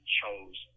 chose